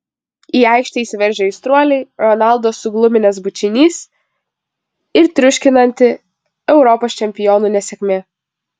į aikštę įsiveržę aistruoliai ronaldo sugluminęs bučinys ir triuškinanti europos čempionų nesėkmė